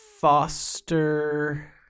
Foster